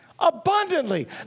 abundantly